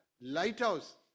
lighthouse